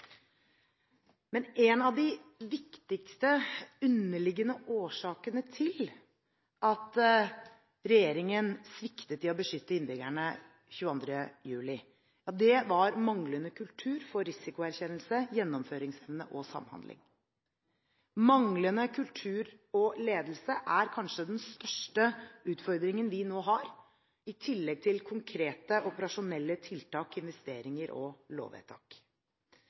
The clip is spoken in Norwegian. Men en av de viktigste underliggende årsakene til at regjeringen sviktet når det gjaldt å beskytte innbyggerne 22. juli, var manglende kultur for risikoerkjennelse, gjennomføringsevne og samhandling. Manglende kultur og ledelse er kanskje den største utfordringen vi nå har, i tillegg til konkrete operasjonelle tiltak, investeringer og lovvedtak.